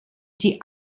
die